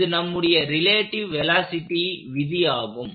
இது நம்முடைய relative velocity விதியாகும்